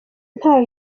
nta